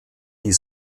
die